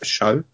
show